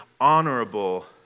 honorable